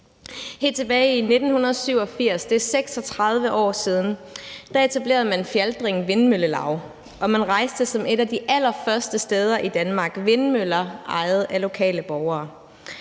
Helt tilbage i 1987 – det er 36 år siden – etablerede man Fjaltring Vindmøllelav, og man rejste som et af de allerførste steder i Danmark vindmøller ejet af lokale borgere.